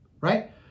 right